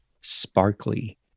sparkly